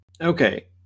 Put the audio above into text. Okay